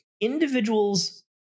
individuals